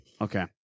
Okay